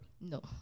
No